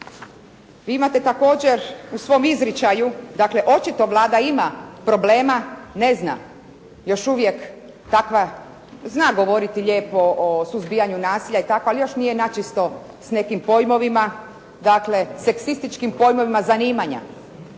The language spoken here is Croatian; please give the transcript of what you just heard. Vi imate također u svom izričaju, dakle očito Vlada ima problema ne zna još uvijek kakva, zna govoriti lijepo o suzbijanju nasilja i tako ali još nije načisto s nekim pojmovima, dakle seksističkim pojmovima zanimanja,